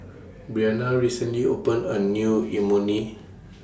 Briana recently opened A New Imoni